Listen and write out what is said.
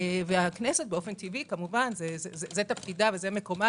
והכנסת באופן טבעי כמובן זה תפקידה וזה מקומה,